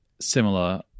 similar